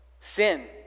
Sin